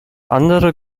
andere